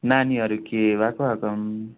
नानीहरू के भएको भएको